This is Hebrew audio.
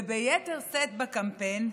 וביתר שאת בקמפיין,